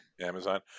Amazon